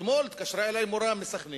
אתמול התקשרה אלי מורה מסח'נין,